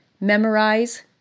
memorize